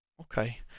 Okay